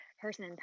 person